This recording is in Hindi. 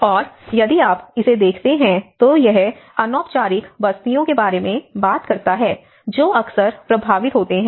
और यदि आप इसे देखते हैं तो यह अनौपचारिक बस्तियों के बारे में बात करता है जो अक्सर प्रभावित होते हैं